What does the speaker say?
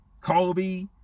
Kobe